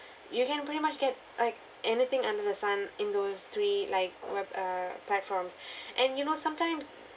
you can pretty much get like anything under the sun in those three like web uh platforms and you know sometimes